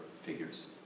figures